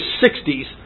60s